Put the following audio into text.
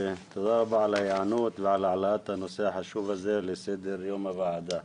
תודה רבה על ההיענות ועל העלאת הנושא החשוב הזה לסדר-יום הוועדה.